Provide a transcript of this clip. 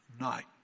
night